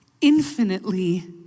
infinitely